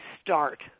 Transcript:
start